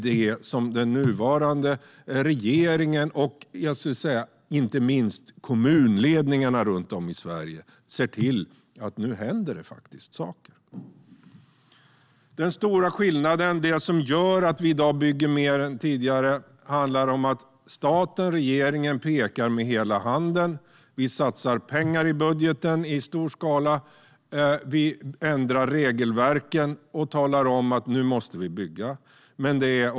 Den nuvarande regeringen och inte minst kommunledningarna runt om i Sverige ser till att det nu faktiskt händer saker. Den stora skillnaden och det som gör att vi i dag bygger mer än tidigare handlar om att staten och regeringen pekar med hela handen. Vi satsar pengar i budgeten i stor skala. Vi ändrar regelverken och talar om att vi nu måste bygga.